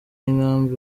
y’inkambi